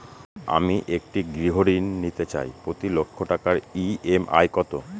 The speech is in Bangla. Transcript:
আমি একটি গৃহঋণ নিতে চাই প্রতি লক্ষ টাকার ই.এম.আই কত?